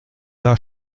der